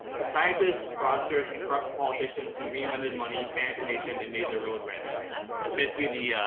the scientists, fraudsters and corrupt politicians who reinvented money, pant a nation and made the road rich is basically the,